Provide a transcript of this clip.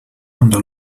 under